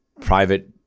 private